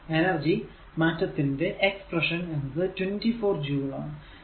energy മാറ്റത്തിന്റെ expression എന്നത് 24 joule ആണ്